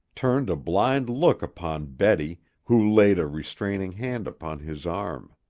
turned a blind look upon betty, who laid a restraining hand upon his arm.